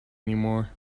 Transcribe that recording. anymore